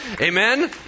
Amen